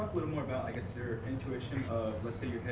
little more about i guess your intuition